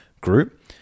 group